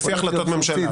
לפי החלטות ממשלה.